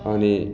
अनि